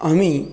আমি